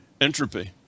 entropy